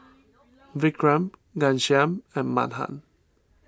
Vikram Ghanshyam and Mahan